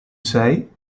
say